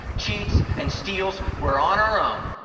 cheats and steals, we're on our own.